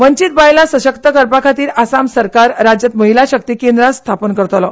वंचीत बायल सशक्त करपा खातीर आसाम सरकार राज्यांत महिला शक्ती केंद्र स्थापन करतली